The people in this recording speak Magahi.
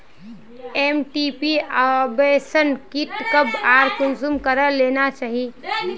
एम.टी.पी अबोर्शन कीट कब आर कुंसम करे लेना चही?